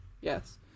yes